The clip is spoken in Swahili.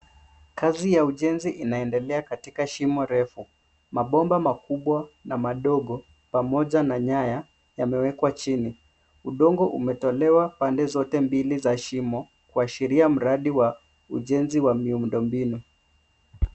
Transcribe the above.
Kazi ya ujenzi inaendelea katika shimo refu, mabomba makubwa na madogo pamoja na nyaya yamewekwa chini. Udongo umetolewa pande zote mbili za shimo kuashiria mradi wa ujenzi wa miundo mbinu.